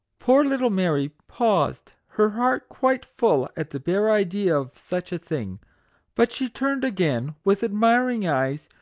poor little mary paused, her heart quite full at the bare idea of such a thing but she turned again, with admiring eyes,